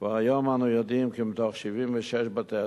כבר היום אנו יודעים כי מתוך 76 בתי-הספר,